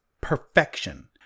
perfection